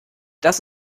das